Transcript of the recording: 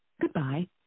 Goodbye